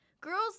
girls